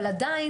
אבל עדיין,